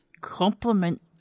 compliment